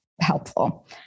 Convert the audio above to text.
helpful